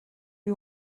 lui